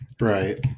right